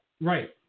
Right